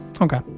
Okay